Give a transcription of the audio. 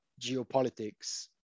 geopolitics